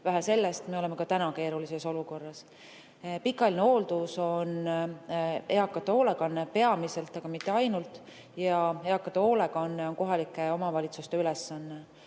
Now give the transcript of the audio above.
Vähe sellest, me oleme ka täna keerulises olukorras. Pikaajaline hooldus on peamiselt eakate hoolekanne, aga mitte ainult, ja eakate hoolekanne on kohalike omavalitsuste ülesanne.